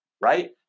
Right